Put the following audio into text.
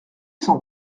s’en